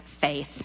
faith